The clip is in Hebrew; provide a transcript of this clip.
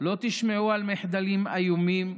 לא תשמעו על מחדלים איומים,